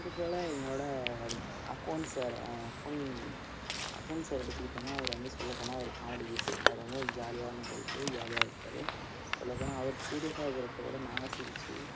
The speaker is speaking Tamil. அது போல் எங்களோட accounts sir account accounts sir எடுத்துகிட்டோனால் அவர் வந்து சொல்ல போனால் ஒரு காமெடி பீஸு அவர் வந்து ஒரு ஜாலியான டைப்பு ஜாலியாக இருப்பார் சொல்ல போனால் அவர் சீரியஸாக இருக்கிறப்ப கூட நாங்கள் சிரிச்சு